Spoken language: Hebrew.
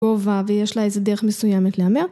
ויש לה איזה דרך מסוימת להמר.